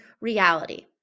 reality